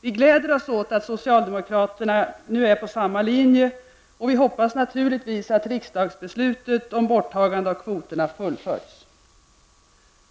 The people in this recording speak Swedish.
Vi gläder oss åt att socialdemokraterna nu är på samma linje, och vi hoppas naturligtvis att riksdagsbeslutet om borttagandet av kvoterna fullföljs.